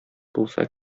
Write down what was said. булса